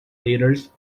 leaders